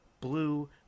blue